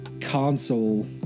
console